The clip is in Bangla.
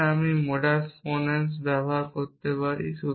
সুতরাং আমি মোডাস পোনেস ব্যবহার করতে পারি